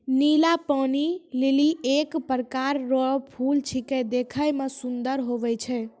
नीला पानी लीली एक प्रकार रो फूल छेकै देखै मे सुन्दर हुवै छै